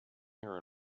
here